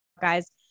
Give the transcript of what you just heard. guys